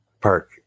park